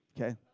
Okay